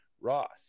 Ross